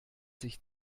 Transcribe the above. sich